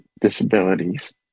Disabilities